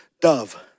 dove